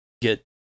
get